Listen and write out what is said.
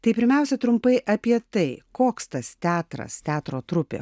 tai pirmiausia trumpai apie tai koks tas teatras teatro trupė